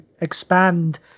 expand